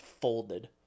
folded